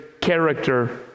character